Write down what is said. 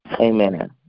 Amen